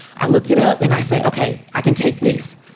i look it up when i say, okay, i can take this.